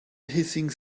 hissing